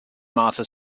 martha